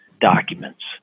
documents